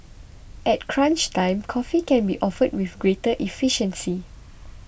at crunch time coffee can be offered with greater efficiency